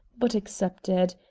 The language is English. but accepted.